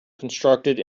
constructed